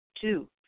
Two